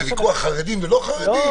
זה ויכוח על חרדים ולא חרדים?